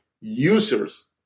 users